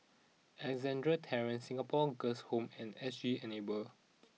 Alexandra Terrace Singapore Girls' Home and S G Enable